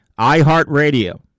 iHeartRadio